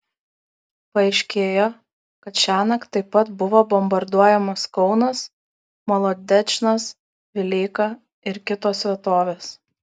paaiškėjo kad šiąnakt taip pat buvo bombarduojamas kaunas molodečnas vileika ir kitos vietovės